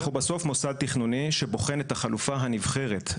אנחנו בסוף מוסד תכנוני שבוחן את החלופה הנבחרת.